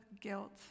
guilt